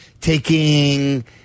taking –